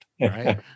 right